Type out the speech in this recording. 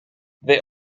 there